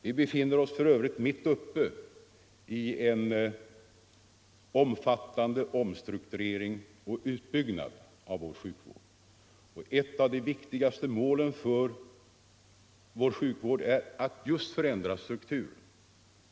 Vi befinner oss för övrigt mitt uppe i en omfattande omstrukturering och utbyggnad av vår sjukvård. Ett av de viktigaste målen är just att förändra strukturen.